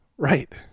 Right